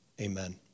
Amen